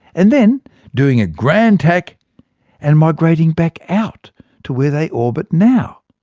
and then doing a grand tack and migrating back out to where they orbit now.